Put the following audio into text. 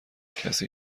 کسی